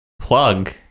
Plug